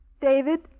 David